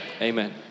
amen